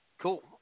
Cool